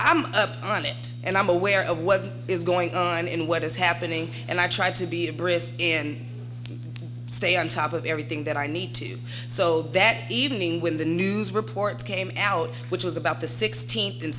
i'm up on it and i'm aware of what is going on in what is happening and i try to be brisk in stay on top of everything that i need to so that evening when the news reports came out which was about the sixteenth and